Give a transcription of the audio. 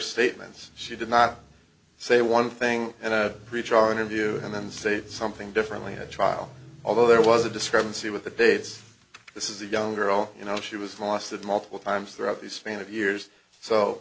statements she did not say one thing and reach our interview and then say something differently had trial although there was a discrepancy with the dates this is the young girl you know she was last at multiple times throughout the span of years so